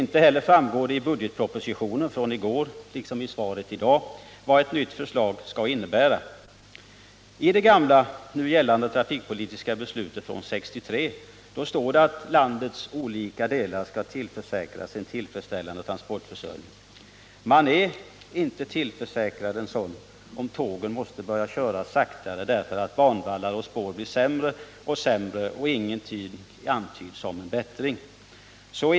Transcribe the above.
Inte heller framgår det av den budgetproposition som framlades i går eller av svaret i dag på min fråga vilken innebörd ett förslag i detta avseende kommer att få. I det nu gällande trafikpolitiska beslutet från år 1963 står det att landets olika delar skall tillförsäkras en tillfredsställande transportförsörjning. Man är inte tillförsäkrad en sådan, om tågen måste börja gå saktare därför att banvallar och spår blir allt sämre, samtidigt som inga antydningar görs om att en förbättring skall ske.